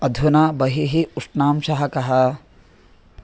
अधुना बहिः उष्णांशः कः